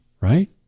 right